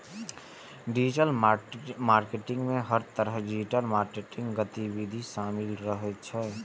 digital marketing मे हर तरहक डिजिटल मार्केटिंग गतिविधि शामिल रहै छै